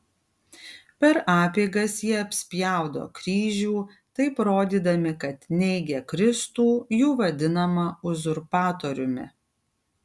per apeigas jie apspjaudo kryžių taip rodydami kad neigia kristų jų vadinamą uzurpatoriumi